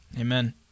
Amen